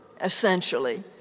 essentially